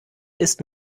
ist